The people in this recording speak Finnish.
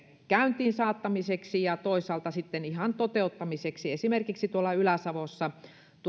käyntiin saattamiseksi ja toisaalta ihan toteuttamiseksi esimerkiksi tuolla ylä savossa